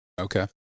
Okay